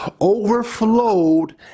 overflowed